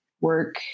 work